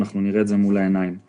נראה מול העיניים את הדור האבוד פה.